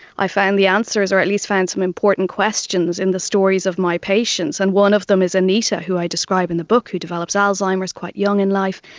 i found the answers or at least found some important questions in the stories of my patients, and one of them is anita who i describe in the book who develops alzheimer's quite young in life.